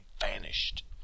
vanished